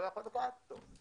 לא יכול לקחת אותו.